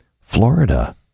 Florida